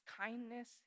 kindness